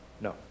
No